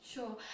Sure